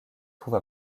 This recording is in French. trouve